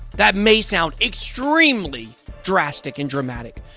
that may sound extremely drastic and dramatic.